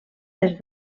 des